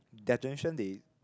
their generation they